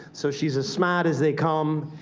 so she's as smaht as they come.